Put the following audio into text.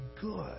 good